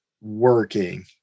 working